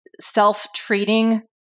self-treating